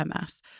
MS